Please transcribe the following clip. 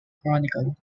chronicle